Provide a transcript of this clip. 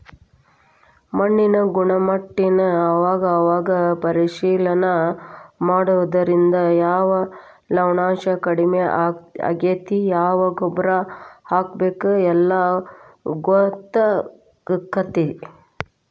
ಮಣ್ಣಿನ ಗುಣಮಟ್ಟಾನ ಅವಾಗ ಅವಾಗ ಪರೇಶಿಲನೆ ಮಾಡುದ್ರಿಂದ ಯಾವ ಲವಣಾಂಶಾ ಕಡಮಿ ಆಗೆತಿ ಯಾವ ಗೊಬ್ಬರಾ ಹಾಕಬೇಕ ಎಲ್ಲಾ ಗೊತ್ತಕ್ಕತಿ